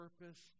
purpose